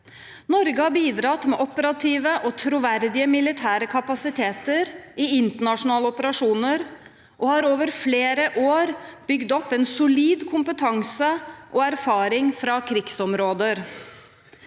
Norge har bidratt med operative og troverdige militære kapasiteter i internasjonale operasjoner og har over flere år bygd opp en solid kompetanse og erfaring fra krigsområder.